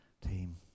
team